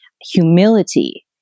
humility